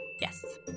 yes